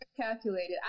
calculated